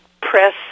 press